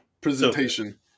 presentation